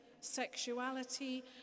sexuality